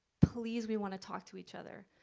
please, we want to talk to each other.